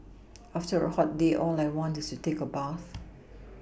after a hot day all I want to do is take a bath